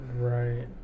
right